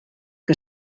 que